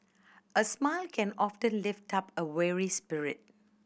a smile can often lift up a weary spirit